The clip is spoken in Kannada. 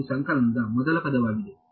ಇದು ಸಂಕಲನದ ಮೊದಲ ಪದವಾಗಿದೆ